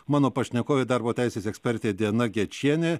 mano pašnekovė darbo teisės ekspertė diana gečienė